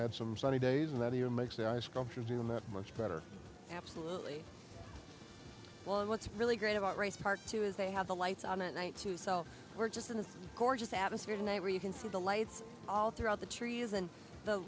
had some sunny days and that even makes the ice sculpture doing that much better absolutely but what's really great about race part two is they have the lights on at night to sell we're just in a gorgeous atmosphere tonight where you can see the lights all throughout the trees and the